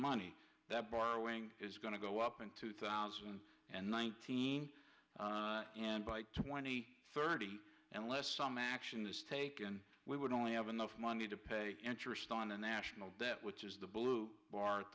money that borrowing is going to go up in two thousand and nineteen and by twenty thirty unless some action is taken we would only have enough money to pay interest on a national debt which is the blue bar at